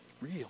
real